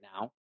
now